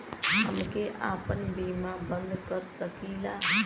हमके आपन बीमा बन्द कर सकीला?